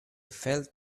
felt